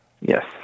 Yes